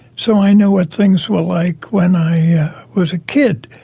so i know what things were like when i was a kid.